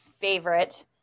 favorite